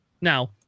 Now